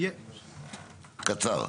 קצר.